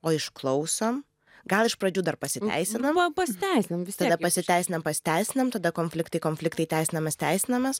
o išklausom gal iš pradžių dar pasiteisinam pasiteisinam vis pasiteisinam pasiteisinam tada konfliktai konfliktai teisinamės teisinamės